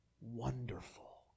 wonderful